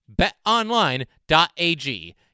BetOnline.ag